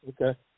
Okay